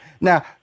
Now